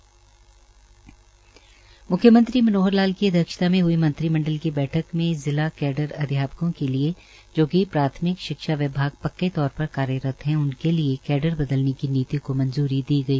म्ख्यमंत्री मनोहर लाल की अध्यक्षता में हई मंत्रिमंडल की बैठक में जिला कैडर अध्यापकों के लिए जो कि प्राथमिक शिक्षा विभाग पक्के तौर पर कार्यरत है उनके लि कैडर बदलने की नीति को मंजूरी दी गई